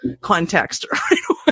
context